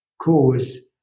cause